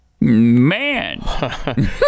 Man